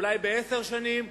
אולי בעשר שנים?